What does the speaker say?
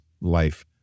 life